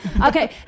okay